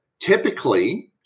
typically